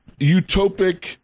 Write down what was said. utopic